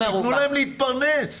נכון, נכון, מאוד מרווח.